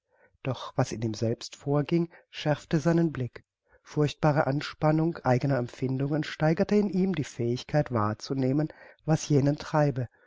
doch was in ihm selbst vorging schärfte seinen blick furchtbare anspannung eigener empfindungen steigerte in ihm die fähigkeit wahrzunehmen was jenen treibe